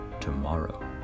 tomorrow